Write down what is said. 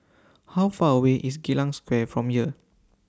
How Far away IS Geylang Square from here